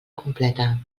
completa